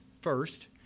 first